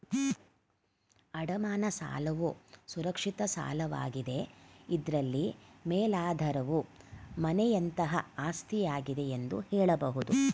ಅಡಮಾನ ಸಾಲವು ಸುರಕ್ಷಿತ ಸಾಲವಾಗಿದೆ ಇದ್ರಲ್ಲಿ ಮೇಲಾಧಾರವು ಮನೆಯಂತಹ ಆಸ್ತಿಯಾಗಿದೆ ಎಂದು ಹೇಳಬಹುದು